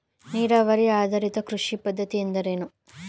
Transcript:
ನೀರಾವರಿ ಆಧಾರಿತ ಕೃಷಿ ಪದ್ಧತಿ ಎಂದರೇನು?